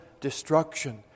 destruction